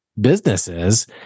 businesses